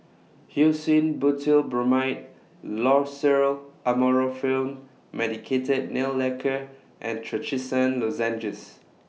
Hyoscine Butylbromide Loceryl Amorolfine Medicated Nail Lacquer and Trachisan Lozenges